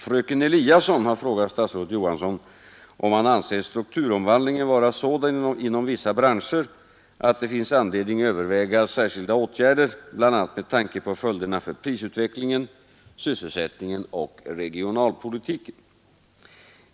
Fröken Eliasson har frågat statsrådet Johansson om han anser strukturomvandlingen vara sådan inom vissa branscher att det finns anledning överväga särskilda åtgärder bl.a. med tanke på följderna för prisutvecklingen, sysselsättningen och regionalpolitiken.